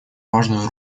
важную